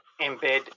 embed